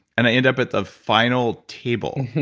and i end up at the final table.